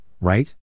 right